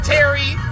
Terry